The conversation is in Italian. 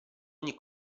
ogni